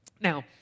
Now